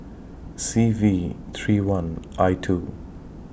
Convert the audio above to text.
C V three one I two